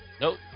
Nope